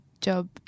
Job